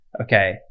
Okay